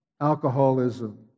alcoholism